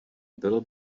bylo